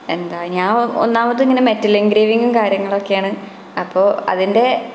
എന്താ ഞാന് ഒന്നാമത് ഇങ്ങനെ മെറ്റൽ എൻഗ്രേവിംഗ് കാര്യങ്ങളൊക്കെയാണ് അപ്പോൾ അതിന്റെ